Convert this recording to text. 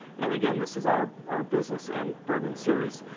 and again, this is our our business and bourbon series.